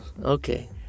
Okay